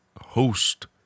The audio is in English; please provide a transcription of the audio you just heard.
host